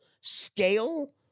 scale